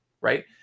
right